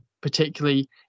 particularly